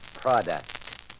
product